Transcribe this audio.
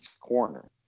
corner